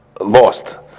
lost